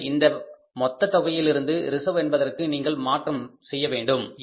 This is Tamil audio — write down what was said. எனவே இந்த மொத்த தொகையில் இருந்து ரிசர்வு என்பதற்கு நீங்கள் மாற்றம் செய்ய வேண்டும்